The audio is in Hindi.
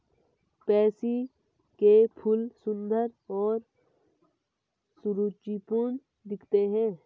पैंसी के फूल सुंदर और सुरुचिपूर्ण दिखते हैं